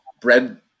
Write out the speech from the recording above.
bread